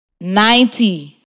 ninety